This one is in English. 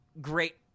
Great